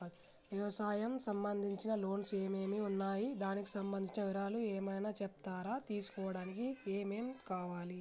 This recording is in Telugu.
వ్యవసాయం సంబంధించిన లోన్స్ ఏమేమి ఉన్నాయి దానికి సంబంధించిన వివరాలు ఏమైనా చెప్తారా తీసుకోవడానికి ఏమేం కావాలి?